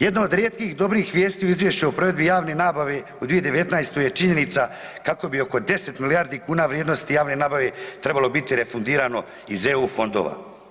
Jedna od rijetkih dobrih vijesti o izvješću o provedbi javne nabave u 2019. je činjenica kako bi oko 10 milijardi kuna vrijednosti javne nabave trebalo biti refundirano iz EU fondova.